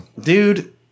Dude